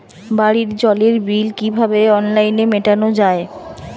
বাড়ির জলের বিল কিভাবে অনলাইনে মেটানো যায়?